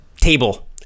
table